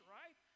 right